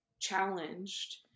challenged